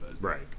Right